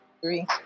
three